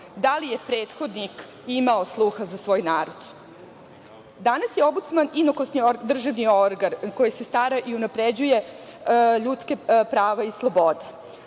Da li je prethodnik imao sluha za svoj narod? Danas je Ombudsman inokosni državni organ koji se stara i unapređuje ljudska prava i slobode.